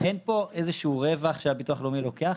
אין פה איזשהו רווח שהביטוח הלאומי לוקח,